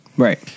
Right